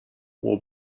will